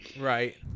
right